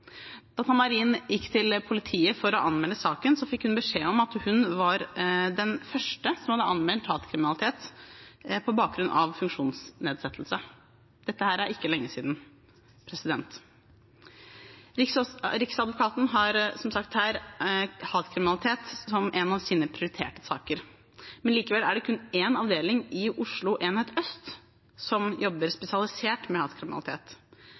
gikk til politiet for å anmelde saken, fikk hun beskjed om at hun var den første som hadde anmeldt hatkriminalitet på bakgrunn av funksjonsnedsettelse. Dette er ikke lenge siden. Riksadvokaten har, som sagt her, hatkriminalitet som en av sine prioriterte saker. Likevel er det kun én avdeling i Oslo enhet øst som jobber spesialisert med hatkriminalitet.